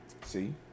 See